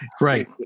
right